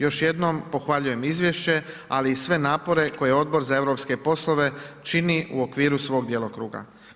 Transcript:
Još jednom pohvaljujem izvješće, ali i sve napore koje Odbor za europske poslove čini u okviru svog djelokruga.